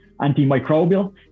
antimicrobial